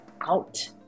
out